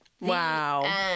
Wow